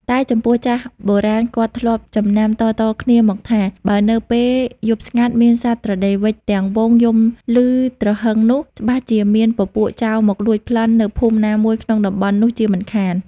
តែចំពោះចាស់បុរាណគាត់ធ្លាប់ចំណាំតៗគ្នាមកថា បើនៅពេលយប់ស្ងាត់មានសត្វត្រដេវវ៉ិចទាំងហ្វូងយំឮទ្រហឹងនោះ ច្បាស់ជាមានពពួកចោរមកលួចប្លន់នៅភូមិណាមួយក្នុងតំបន់នោះជាមិនខាន។